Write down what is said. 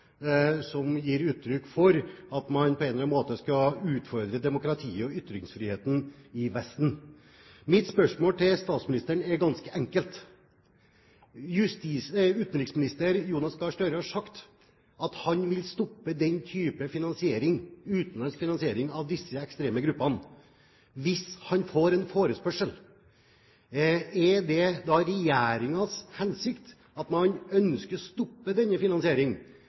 som gir uttrykk for at man på en eller annen måte skal utfordre demokratiet og ytringsfriheten i Vesten. Mitt spørsmål til statsministeren er ganske enkelt. Utenriksminister Jonas Gahr Støre har sagt at han vil stoppe den type utenlandsk finansiering av disse ekstreme gruppene, hvis han får en forespørsel. Er det da regjeringens hensikt at man ønsker å stoppe denne